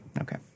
Okay